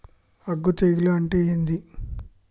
అగ్గి తెగులు అంటే ఏంది?